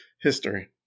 History